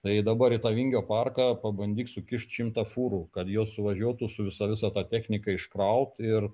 tai dabar į tą vingio parką pabandyk sukišt šimtą fūrų kad jos suvažiuotų su visa visa ta technika iškrauti ir